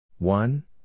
One